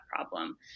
problem